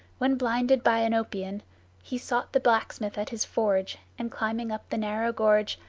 when blinded by oenopion he sought the blacksmith at his forge, and climbing up the narrow gorge,